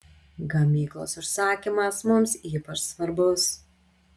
gamyklos užsakymas mums ypač svarbus